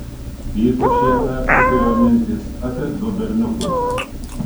ypač ją persekiojo mintys apie du berniukus